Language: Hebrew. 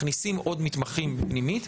מכניסים עוד מתמחים לפנימית,